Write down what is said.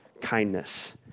kindness